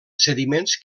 sediments